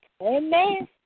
Amen